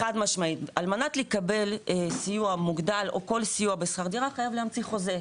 על מנת לקבל סיוע מוגדל או כל סיוע בשכר דירה חייב להמציא חוזה.